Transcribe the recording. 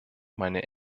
meine